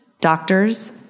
Doctors